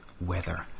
Weather